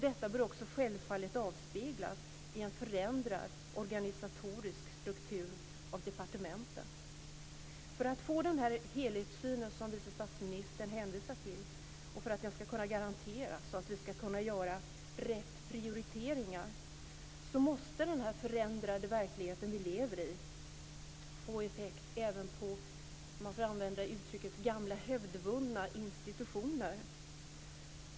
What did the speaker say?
Detta bör också självfallet avspeglas i en förändrad organisatorisk struktur av departementen. För att få den helhetssyn som vice statsministern hänvisar till och för att den ska kunna garanteras så att vi kan göra rätt prioriteringar måste den förändrade verklighet vi lever i få effekt även på, om jag får använda uttrycket, gamla hävdvunna institutioner.